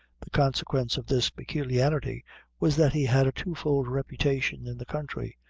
the consequence of this peculiarity was that he had a two-fold reputation in the country.